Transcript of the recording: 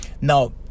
Now